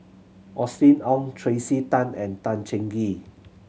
Austen Ong Tracey Tan and Tan Cheng Kee